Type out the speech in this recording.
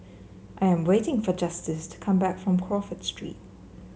I am waiting for Justice to come back from Crawford Street